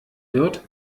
wird